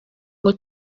ngo